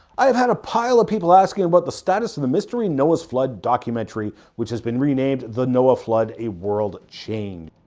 i have had a pile of people asking but the status of the mystery of noahs flood documentary, which has been renamed the noah flood a world changed.